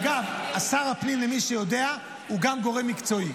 אגב, שר הפנים, למי שיודע, הוא גם גורם מקצועי